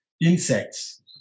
insects